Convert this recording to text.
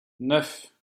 neuf